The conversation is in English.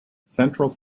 central